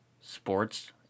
sports